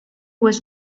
was